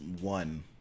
one